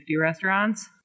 restaurants